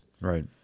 right